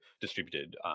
distributed